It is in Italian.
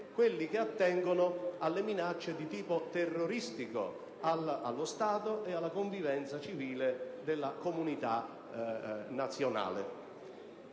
quelli che attengono alle minacce di tipo terroristico allo Stato e alla convivenza civile della comunità nazionale.